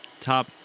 top